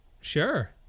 Sure